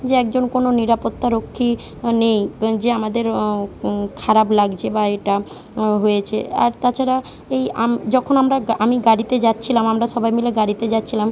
যে একজন কোনো নিরাপত্তা রক্ষী নেই যে আমাদের ও খারাপ লাগছে বা এটা হয়েছে আর তাছাড়া এই আম যখন আমরা গা আমি গাড়িতে যাচ্ছিলাম আমরা সবাই মিলে গাড়িতে যাচ্ছিলাম